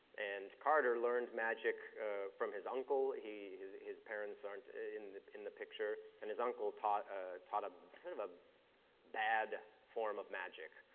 and carter learned magic from his uncle. his his parents aren't in in the picture, and his uncle taught ah taught ah him a bad form of magic,